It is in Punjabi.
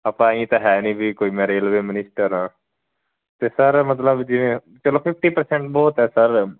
ਆਪਾਂ ਇਹ ਤਾਂ ਹੈ ਨਹੀਂ ਵੀ ਕੋਈ ਮੈਂ ਰੇਲਵੇ ਮਿਨਿਸਟਰ ਹਾਂ ਅਤੇ ਸਰ ਮਤਲਬ ਜਿਵੇਂ ਚਲੋ ਫਿਫਟੀ ਪ੍ਰਸੈਂਟ ਬਹੁਤ ਹੈ ਸਰ